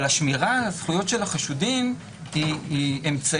אבל השמירה על הזכויות של החשודים היא אמצעי